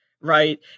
right